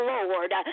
Lord